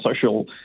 social